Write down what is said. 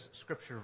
scripture